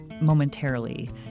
momentarily